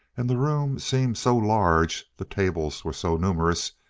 and the room seemed so large, the tables were so numerous,